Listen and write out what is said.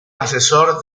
asesor